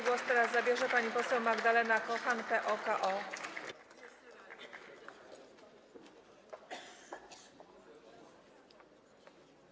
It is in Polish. Głos teraz zabierze pani poseł Magdalena Kochan, PO-KO.